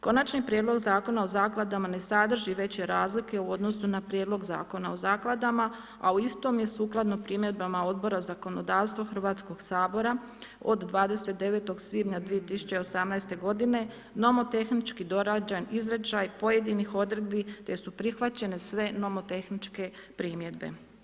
Konačni prijedlog Zakona o zakladama ne sadrži veće razlike u odnosu na prijedlog Zakona o zakladama, a u istom je sukladno primjedbama Odbora zakonodavstvo Hrvatskog sabora od 29. svibnja 2018. godine nomotehnički dorađen izričaj pojedinih odredbi te su prihvaćene sve nomotehničke primjedbe.